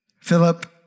Philip